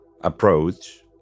approach